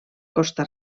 costa